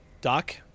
Doc